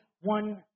one